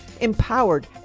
empowered